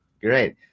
Great